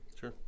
Sure